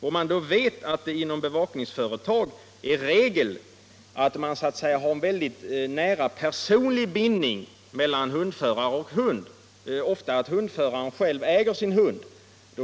Jag vet att det inom bevakningsföretag är regel med en mycket nära personlig bindning mellan hundförare och hund - ofta äger hundföraren själv sin hund.